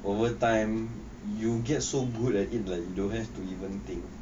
over time you'll get so good at it that you don't have to even think